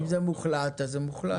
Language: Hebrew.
אם זה מוחלט, אז זה מוחלט.